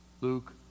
Luke